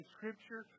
Scripture